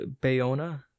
Bayona